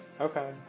Okay